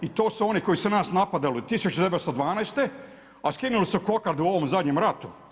I to su oni koji su nas napadali 1912. a skinuli su kokardu u ovom zadnjem ratu.